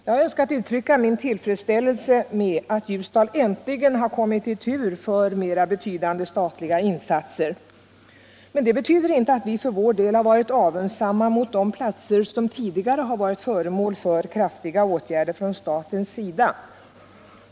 Jag vill uttrycka min tillfredsställelse med att Ljusdal äntligen kommit i tur för mer omfattande statliga insatser. Det betyder inte att vi för vår del varit avundsamma mot de platser som tidigare varit föremål för kraftiga åtgärder från statens sida.